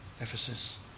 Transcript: Ephesus